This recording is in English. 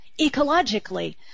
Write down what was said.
ecologically